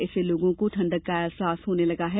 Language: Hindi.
इससे लोगों को ठंडक का अहसास होने लगा है